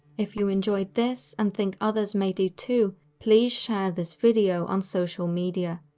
if you enjoyed this and think others may do too, please share this video on social media.